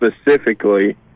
specifically